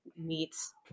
meets